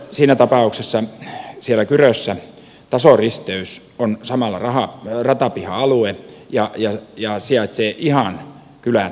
tuossa tapauksessa siellä kyrössä tasoristeys on samalla ratapiha alue ja sijaitsee ihan kylän keskustassa